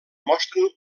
mostren